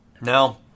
Now